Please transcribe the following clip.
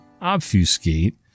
obfuscate